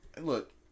look